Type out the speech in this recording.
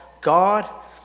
God